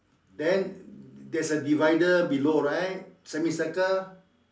then there's a divider below right semicircle